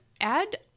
add